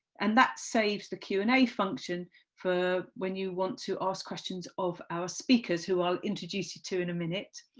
and that saves the q and a function for when you want to ask questions of our speakers, who i will introduce you to in a minute.